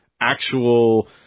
actual